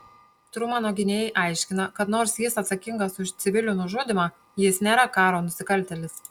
trumano gynėjai aiškina kad nors jis atsakingas už civilių nužudymą jis nėra karo nusikaltėlis